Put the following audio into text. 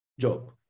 Job